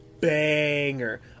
banger